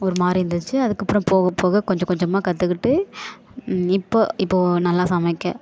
ஒரு மாதிரி இருந்துச்சு அதுக்கப்புறம் போக போக கொஞ்ச கொஞ்சமாக கற்றுக்கிட்டு இப்போ இப்போ நல்லா சமைக்க